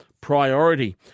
priority